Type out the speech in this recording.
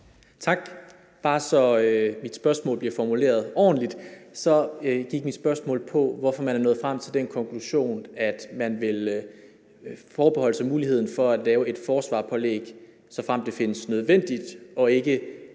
er bare, så mit spørgsmål bliver formuleret ordentligt. Mit spørgsmål gik på, hvorfor man er nået frem til den konklusion, at man vil forbeholde sig muligheden for at lave et forsvarerpålæg, såfremt det findes nødvendigt, og ikke